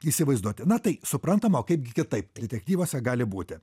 įsivaizduoti na tai suprantama o kaipgi kitaip detektyvuose gali būti